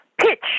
pitch